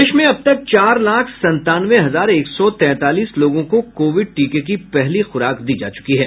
प्रदेश में अब तक चार लाख संतानवे हजार एक सौ तैंतालीस लोगों को कोविड टीके की पहली खुराक दी जा चुकी है